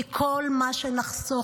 כי כל מה שנחסוך,